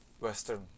Western